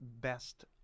best